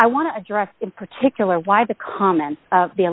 i want to address in particular why the comments of the